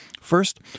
First